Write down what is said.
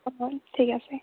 অঁ ঠিক আছে